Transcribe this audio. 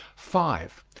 five.